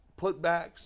putbacks